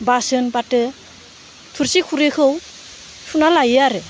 बासोन फाथो थुरसि खुरैखौ हुना लायो आरो